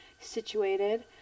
situated